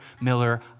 Miller